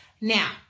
Now